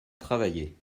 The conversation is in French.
travailler